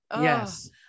yes